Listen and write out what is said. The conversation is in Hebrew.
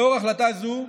לאור החלטה זו,